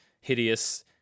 hideous